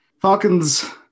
Falcons